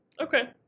Okay